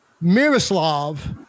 Miroslav